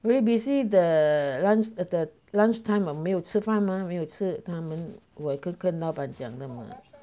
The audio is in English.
really busy the lunch the lunchtime 我没有吃饭吗没有吃他们我一个跟老板讲的嘛